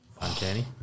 uncanny